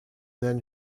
then